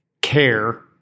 care